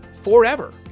forever